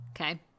Okay